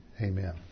Amen